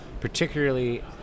particularly